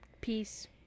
peace